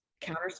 Counter